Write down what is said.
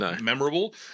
memorable